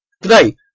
Today